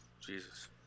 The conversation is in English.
Jesus